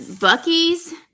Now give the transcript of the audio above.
Bucky's